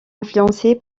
influencée